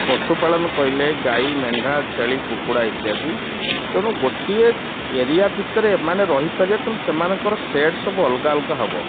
ପଶୁପାଳନ କହିଲେ ଗାଈ ମେଣ୍ଢା ଛେଳି କୁକୁଡ଼ା ଇତ୍ୟାଦି ତେଣୁ ଗୋଟିଏ ଏରିଆ ଭିତରେ ଏମାନେ ରହିପାରିବେ କିନ୍ତୁ ସେମାନଙ୍କର ସେଡ଼୍ ସବୁ ଅଲଗା ଅଲଗା ହବ